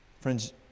Friends